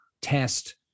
test